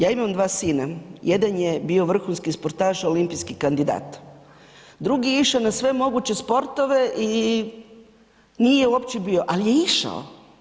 Ja imam dva sina, jedan je bio vrhunski sportaš olimpijski kandidat, drugi je išao na sve moguće sportove i nije uopće bio, ali je išao.